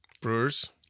Brewers